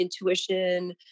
intuition